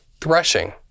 threshing